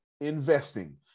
investing